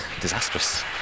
Disastrous